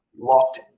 locked